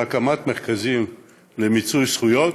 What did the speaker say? של הקמת מרכזים למיצוי זכויות.